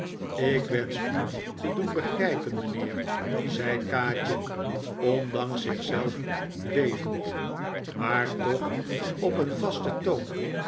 ik wensch u te doen begrijpen mijnheer zei kaatje ondanks zich zelf bevend maar toch op een vasten toon